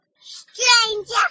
stranger